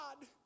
God